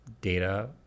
data